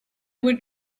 were